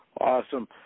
Awesome